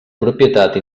propietat